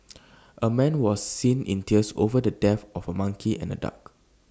A man was seen in tears over the death of A monkey and A duck